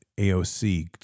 AOC